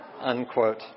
unquote